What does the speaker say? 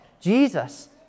Jesus